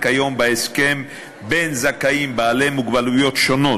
כיום בהסכם בין זכאים בעלי מוגבלויות שונות,